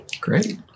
Great